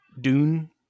Dune